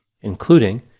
including